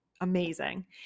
amazing